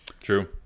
true